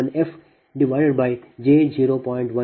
165 p